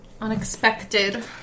Unexpected